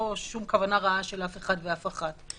לא שום כוונה רעה של אף אחד ואף אחת.